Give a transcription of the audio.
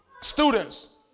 Students